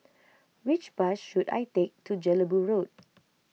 which bus should I take to Jelebu Road